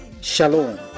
Shalom